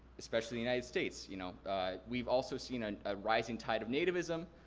especially the united states you know we've also seen a rising tide of nativism.